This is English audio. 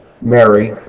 Mary